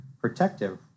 protective